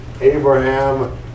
Abraham